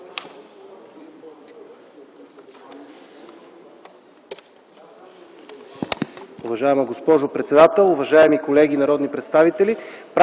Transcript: Уважаема госпожо председател, уважаеми народни представители!